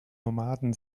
nomaden